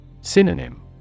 Synonym